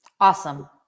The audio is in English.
Awesome